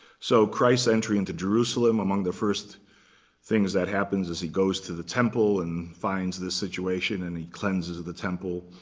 so christ's entry into jerusalem, among the first things that happens, is he goes to the temple and finds this situation, and he cleanses the temple.